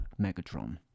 Megatron